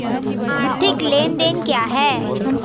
आर्थिक लेनदेन क्या है?